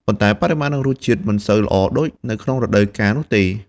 ប៉ុន្តែ បរិមាណនិងរសជាតិមិនសូវល្អដូចនៅក្នុងរដូវកាលនោះទេ។